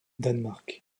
danemark